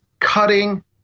cutting